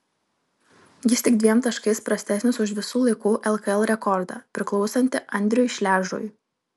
jis tik dviem taškais prastesnis už visų laikų lkl rekordą priklausantį andriui šležui